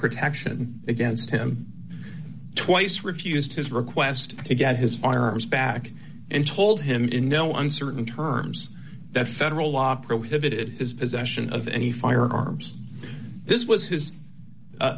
protection against him twice refused his request to get his firearms back and told him in no uncertain terms that federal law prohibited his possession of any firearms this was his